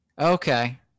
Okay